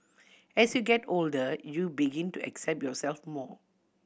as you get older you begin to accept yourself more